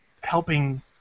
helping